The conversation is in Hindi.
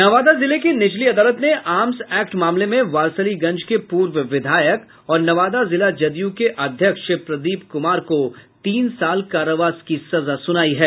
नवादा जिले की निचली अदालत ने आर्म्स एक्ट मामले में वारिसलीगंज के पूर्व विधायक और नवादा जिला जदयू के अध्यक्ष प्रदीप कुमार को तीन साल कारवास की सजा सुनाई है